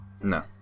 No